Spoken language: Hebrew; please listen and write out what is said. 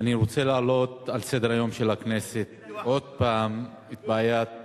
אני רוצה להעלות על סדר-היום של הכנסת עוד פעם את בעיית